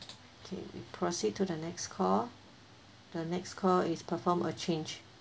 okay we proceed to the next call the next call is performed a change